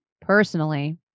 Personally